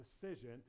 decision